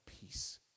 peace